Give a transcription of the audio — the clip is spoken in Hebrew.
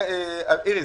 איריס,